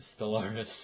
Stellaris